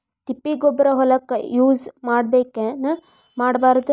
ತಿಪ್ಪಿಗೊಬ್ಬರ ಹೊಲಕ ಯೂಸ್ ಮಾಡಬೇಕೆನ್ ಮಾಡಬಾರದು?